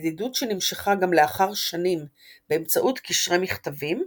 ידידות שנמשכה גם לאחר שנים באמצעות קשרי מכתבים,